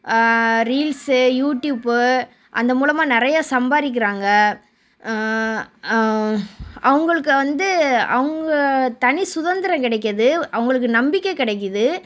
reels YouTube அந்த மூலமாக நிறையா சம்பாதிக்கிறாங்க அவங்களுக்கு வந்து அவங்க தனி சுதந்திரம் கெடைக்குது அவங்களுக்கு நம்பிக்கை கெடைக்குது